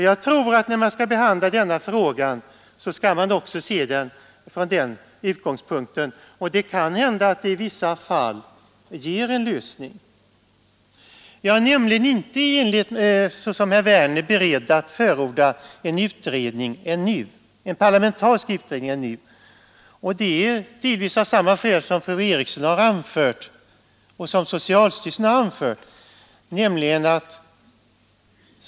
Jag tror att man, när man skall behandla denna fråga, också skall se den från den utgångspunkten. Det kan hända att det i vissa fall ger en lösning. Jag är ännu inte såsom herr Werner beredd att förorda en parlamentarisk utredning, delvis av samma skäl som fru Eriksson i Stockholm och socialstyrelsen har anfört.